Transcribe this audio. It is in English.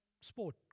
sport